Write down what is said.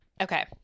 Okay